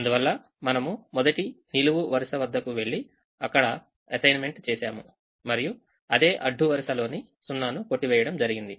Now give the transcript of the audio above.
అందువల్ల మనము మొదటి నిలువు వరుస వద్దకు వెళ్లి అక్కడ అసైన్మెంట్ చేశాము మరియు అదే అడ్డు వరుస లోని సున్నాను కొట్టివేయడం జరిగింది